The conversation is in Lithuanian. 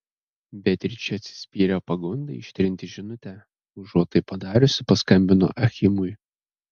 beatričė atsispyrė pagundai ištrinti žinutę užuot tai padariusi paskambino achimui